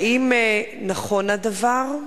האם נכון הדבר?